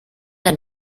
dann